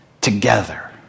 together